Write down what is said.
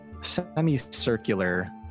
semicircular